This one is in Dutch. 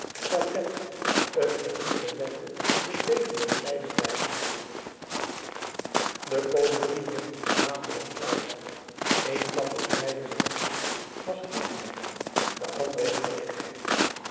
t geen niet belette den degen op zijde te hebben de kolibri heeft een snavel en klauwen een van de zijden der eeuw was kieschheid de andere heerlijkheid